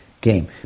game